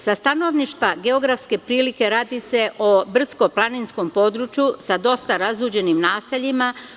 Sa stanovišta geografske prilike radi se o brdsko-planinskom području sa dosta razruđenim naseljima.